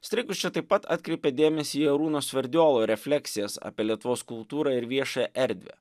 streikus čia taip pat atkreipė dėmesį į arūno sverdiolo refleksijos apie lietuvos kultūrą ir viešąją erdvę